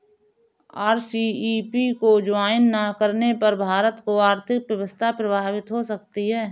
RCEP को join ना करने पर भारत की आर्थिक व्यवस्था प्रभावित हो सकती है